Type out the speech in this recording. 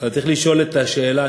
צריך לשאול את השאלה,